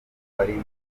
barimo